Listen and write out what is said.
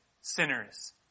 sinners